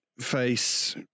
face